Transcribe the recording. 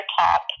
top